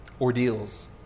ordeals